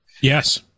Yes